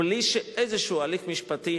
בלי שאיזה הליך משפטי,